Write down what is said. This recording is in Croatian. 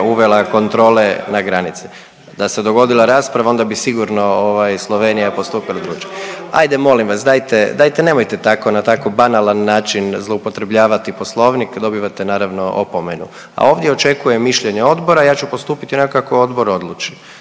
uvela kontrole na granici. Da se dogodila rasprava, onda bi sigurno ovaj, Slovenija postupila drukčije. Ajde, molim vas. Dajte, dajte nemojte tako na tako banalan način zloupotrebljavati Poslovnik. Dobivate, naravno, opomenu. A ovdje očekujem mišljenje odbora, ja ću postupiti onako kako odbor odluči.